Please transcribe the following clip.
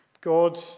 God